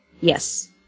Yes